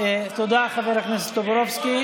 תודה, חבר הכנסת טופורובסקי.